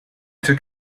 took